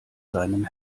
seinem